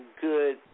good